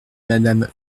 madame